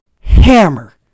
Hammer